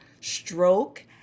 stroke